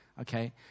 Okay